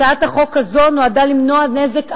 הצעת החוק הזאת נועדה למנוע נזק אחר.